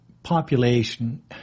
Population